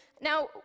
Now